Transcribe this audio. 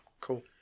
cool